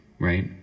Right